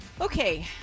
Okay